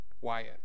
Wyatt